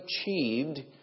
achieved